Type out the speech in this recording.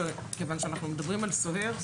כיוון שאנחנו מדברים על סוהר,